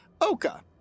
Oka